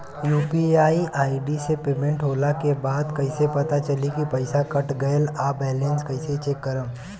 UPI ID से payment होला के बाद कइसे पता चली की पईसा कट गएल आ बैलेंस कइसे चेक करम?